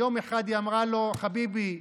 יום אחד היא אמרה לו: חביבי,